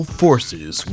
forces